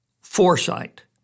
foresight